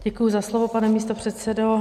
Děkuji za slovo, pane místopředsedo.